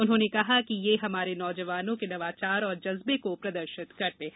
उन्होंने कहा कि हमारे नौजवानों के नवाचार और जज्बे को प्रदर्शित करते हैं